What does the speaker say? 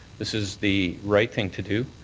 this is the right thing to do.